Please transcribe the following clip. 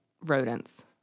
rodents